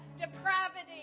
depravity